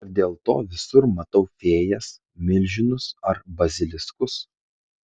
ar dėl to visur matau fėjas milžinus ar baziliskus